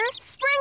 Spring